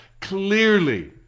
Clearly